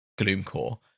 gloomcore